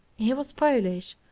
he was polish,